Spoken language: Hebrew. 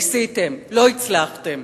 ניסיתם, לא הצלחתם.